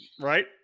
right